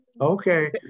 Okay